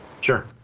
Sure